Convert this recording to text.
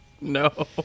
No